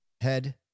Head